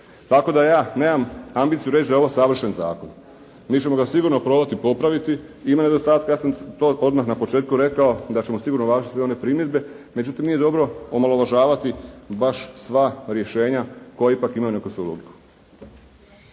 tako da ja nemam ambiciju reći da je ovo savršen zakon. Mi ćemo ga sigurno probati popraviti. Ima nedostataka. Ja sam to odmah na početku rekao da ćemo sigurno uvažiti sve one primjedbe. Međutim, nije dobro omalovažavati baš sva rješenja koja ipak imaju neku svoju